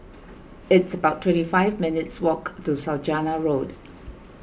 it's about twenty five minutes' walk to Saujana Road